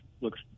looks